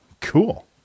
cool